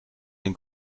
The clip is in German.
den